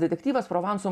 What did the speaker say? detektyvas provanso